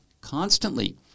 constantly